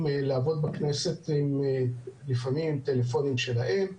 לעבוד בכנסת עם לפעמים טלפונים שלהם,